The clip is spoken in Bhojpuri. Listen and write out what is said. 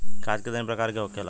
खाद कितने प्रकार के होखेला?